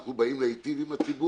אנחנו באים להיטיב עם הציבור,